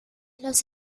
los